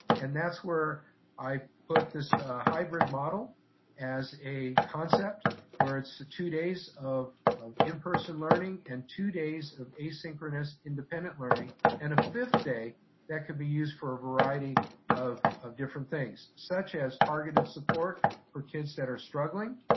and that's where i put this hybrid model as a concept where it's the two days of in-person learning and two days of asynchronous, independent learning and a fifth day that could be used for a variety of of different things, such as targeted support for kids that are struggling.